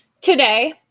today